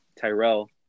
Tyrell